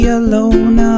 alone